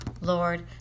Lord